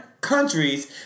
countries